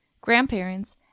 grandparents